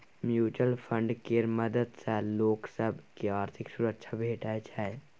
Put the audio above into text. mutual fund केर मदद सँ लोक सब केँ आर्थिक सुरक्षा भेटै छै